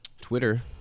Twitter